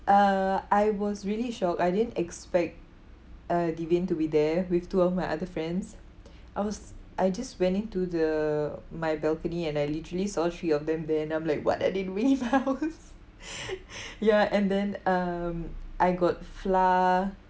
uh I was really shocked I didn't expect uh devin to be there with two of my other friends I was I just went into the my balcony and I literally saw three of them then I'm like what are they doing in my house ya and then um I got flour